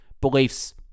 Beliefs